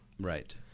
Right